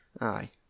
Aye